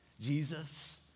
Jesus